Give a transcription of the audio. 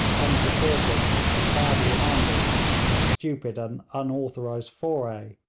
unsupported and badly handled in a stupid and unauthorised foray,